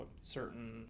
certain